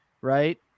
right